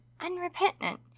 unrepentant